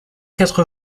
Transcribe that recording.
quatre